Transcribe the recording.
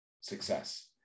success